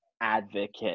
advocate